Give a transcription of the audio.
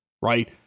Right